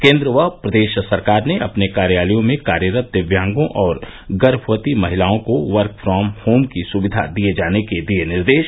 केन्द्र व प्रदेश सरकार ने अपने कार्यालयों में कार्यरत दिव्यांगों और गर्मवती महिलाओं को वर्क फ्रॉम होम की सुविधा दिये जाने के दिये निर्देश